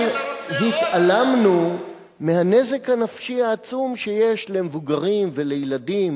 אבל התעלמנו מהנזק הנפשי העצום שיש למבוגרים ולילדים